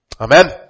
Amen